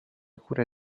cure